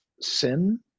sin